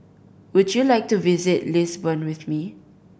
would you like to visit Lisbon with me